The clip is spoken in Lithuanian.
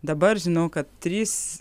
dabar žinau kad trys